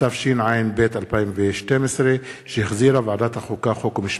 התשע"ב 2012, שהחזירה ועדת החוקה, חוק ומשפט.